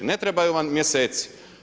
Ne trebaju vam mjeseci.